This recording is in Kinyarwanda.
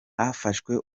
hafashwe